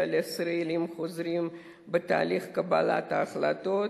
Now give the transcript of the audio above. לישראלים החוזרים בתהליך קבלת ההחלטות,